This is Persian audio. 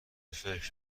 فکر